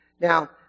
now